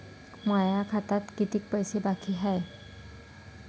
माया खात्यात कितीक पैसे बाकी हाय?